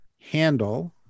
handle